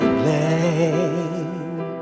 blame